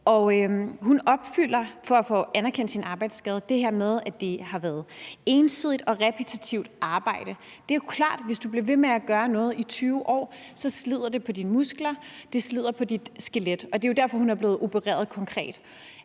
er et krav til at få anerkendt sin arbejdsskade, nemlig at det har været ensidigt repetitivt arbejde. Det er jo klart, at hvis du bliver ved med at gøre noget i 20 år, slider det på dine muskler, og det slider på dit skelet. Det er jo konkret derfor, hun er blevet opereret.